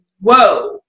whoa